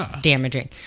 damaging